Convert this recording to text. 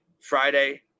Friday